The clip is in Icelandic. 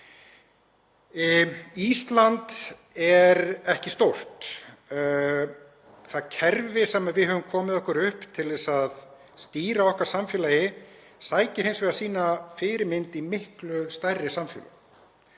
Ísland er ekki stórt. Það kerfi sem við höfum komið okkur upp til að stýra okkar samfélagi sækir hins vegar sína fyrirmynd í miklu stærri samfélög,